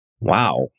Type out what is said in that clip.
Wow